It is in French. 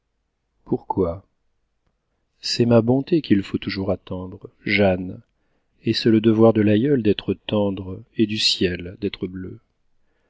pourquoi c'est ma bonté qu'il faut toujours attendre jeanne et c'est le devoir de l'aïeul d'être tendre et du ciel d'être bleu